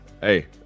Hey